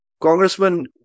Congressman